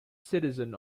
citizens